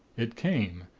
it came,